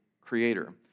creator